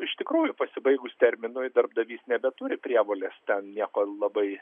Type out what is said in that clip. iš tikrųjų pasibaigus terminui darbdavys nebeturi prievolės ten nieko labai